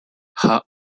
her